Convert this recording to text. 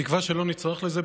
בתקווה שלא נצטרך לזה,